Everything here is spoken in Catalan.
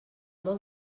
molt